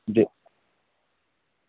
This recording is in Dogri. जे